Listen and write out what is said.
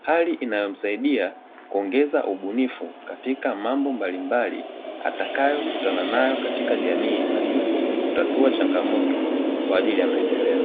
hali inayomsaidia kuongeza ubunifu katika mambo mbalimbali atakayokutana nayo katika jamii na hivyo kutatua changamoto kwa ajili ya maendeleo.